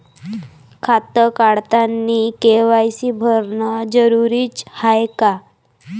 खातं काढतानी के.वाय.सी भरनं जरुरीच हाय का?